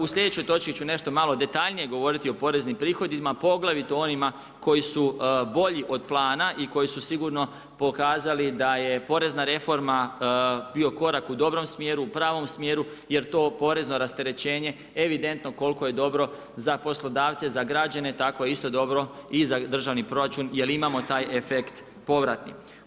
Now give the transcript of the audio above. U sljedećoj točki ću nešto malo detaljnije govoriti o poreznim prihodima poglavito onima koji su bolji od plana i koji su sigurno pokazali da je porezna reforma bio korak u dobrom smjeru, u pravom smjeru, jer to porezno rasterećenje evidentno koliko je dobro za poslodavce za građane, tako je isto dobro i za državni proračun jer imamo taj efekt povrata.